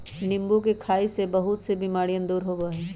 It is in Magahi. नींबू के खाई से बहुत से बीमारियन दूर होबा हई